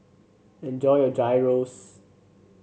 enjoy your Gyros